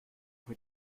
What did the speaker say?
mit